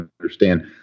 understand